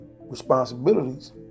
responsibilities